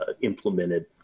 implemented